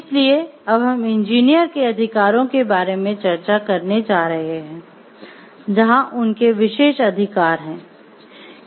इसलिए अब हम इंजीनियर के अधिकारों के बारे में चर्चा करने जा रहे हैं जहां उनके विशेष अधिकार हैं